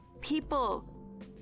People